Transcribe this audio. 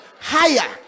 higher